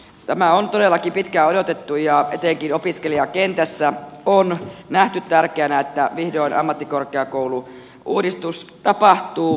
tätä on todellakin pitkään odotettu ja etenkin opiskelijakentässä on nähty tärkeänä että vihdoin ammattikorkeakoulu uudistus tapahtuu